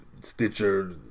Stitcher